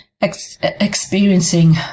experiencing